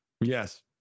Yes